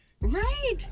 Right